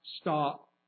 stop